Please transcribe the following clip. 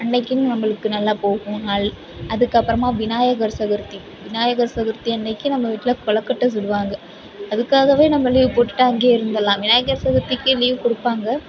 அன்னைக்கும் நம்பளுக்கு நல்லா போகும் நாள் அதுக்கப்புறமா விநாயகர் சதுர்த்தி விநாயகர் சதுர்த்தி அன்னக்கு நம்ம வீட்டில் கொழுக்கட்டை சுடுவாங்க அதுக்காகவே நம்ம லீவு போட்டுவிட்டு அங்கே இருந்துவிடுலாம் விநாயகர் சதுரத்திக்கே லீவு கொடுப்பாங்க